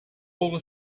all